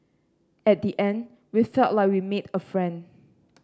at the end we felt like we made a friend